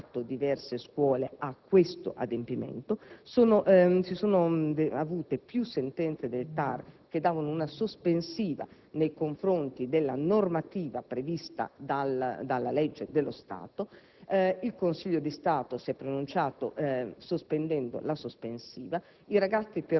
non hanno ottemperato a questo adempimento; si sono avute più sentenze del TAR che concedevano una sospensiva nei confronti della normativa prevista dalla legge dello Stato; il Consiglio di Stato si è pronunciato bloccando la sospensiva;,